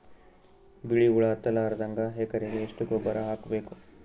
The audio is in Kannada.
ಬಿಳಿ ಹುಳ ಹತ್ತಲಾರದಂಗ ಎಕರೆಗೆ ಎಷ್ಟು ಗೊಬ್ಬರ ಹಾಕ್ ಬೇಕು?